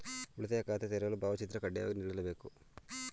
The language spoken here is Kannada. ಉಳಿತಾಯ ಖಾತೆ ತೆರೆಯಲು ಭಾವಚಿತ್ರ ಕಡ್ಡಾಯವಾಗಿ ನೀಡಬೇಕೇ?